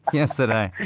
yesterday